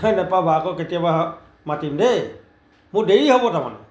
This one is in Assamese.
ধেই নেপাবা আকৌ কেতিয়াবা মাতিম দেই মোৰ দেৰি হ'ব তাৰমানে